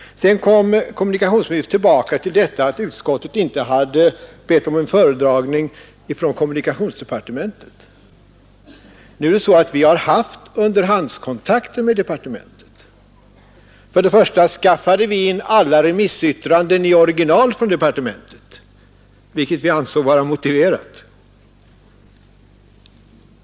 Kommunikationsministern kom tillbaka till att utskottet inte hade bett om en föredragning från kommunikationsdepartementet. Nu är det emellertid så att vi har haft underhandskontakter med departementet. För det första skaffade vi in alla remissyttranden i original från departementet, vilket vi ansåg vara motiverat.